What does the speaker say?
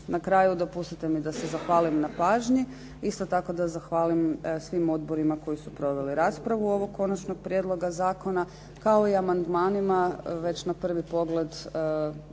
Na kraju, dopustite mi da se zahvalim na pažnji. Isto tako da zahvalim svim odborima koji su proveli raspravu ovog konačnog prijedloga zakona, kao i amandmanima već na prvi pogled ti